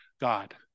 God